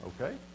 okay